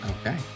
Okay